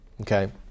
okay